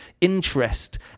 interest